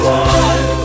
one